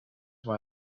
why